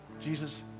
Jesus